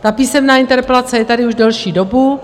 Ta písemná interpelace je tady už další dobu.